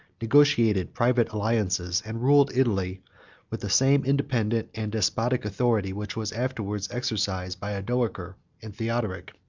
negotiated private alliances, and ruled italy with the same independent and despotic authority, which was afterwards exercised by odoacer and theodoric.